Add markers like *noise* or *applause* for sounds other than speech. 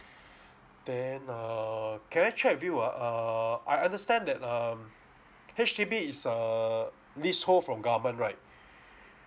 *breath* then err can I check with you ah err I understand that um H_D_B is a leasehold from government right *breath*